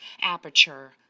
Aperture